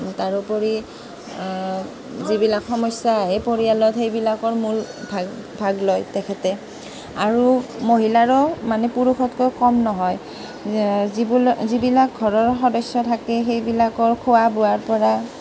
তাৰোপৰি যিবিলাক সমস্যা আহে পৰিয়ালত সেইবিলাকৰ মূল ভাগ ভাগ লয় তেখেতে আৰু মহিলাৰো মানে পুৰুষতকৈ কম নহয় যিবিলক যিবিলাক ঘৰৰ সদস্য থাকে সেইবিলাকৰ খোৱা বোৱাৰ পৰা